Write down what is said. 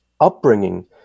upbringing